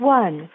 one